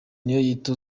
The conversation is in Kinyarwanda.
niyoyita